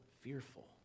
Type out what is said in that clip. fearful